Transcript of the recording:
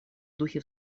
духе